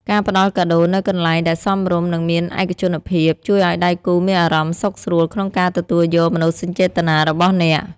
ការផ្ដល់កាដូនៅកន្លែងដែលសមរម្យ និងមានឯកជនភាព ជួយឱ្យដៃគូមានអារម្មណ៍សុខស្រួលក្នុងការទទួលយកមនោសញ្ចេតនារបស់អ្នក។